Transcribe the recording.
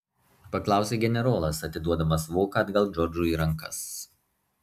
paklausė generolas atiduodamas voką atgal džordžui į rankas